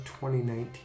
2019